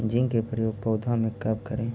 Zinc के प्रयोग पौधा मे कब करे?